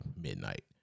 midnight